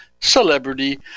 Celebrity